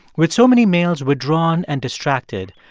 with so many males withdrawn and distracted,